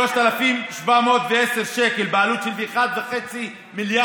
כי פתרנו את הבעיה בממשלה.